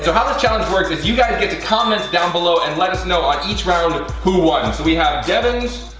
so how this ah challenge works you guys get to comment down below and let us know on each round who won. we have devan's,